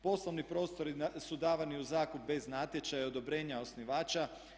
Poslovni prostori su davani u zakup bez natječaja i odobrenja osnivača.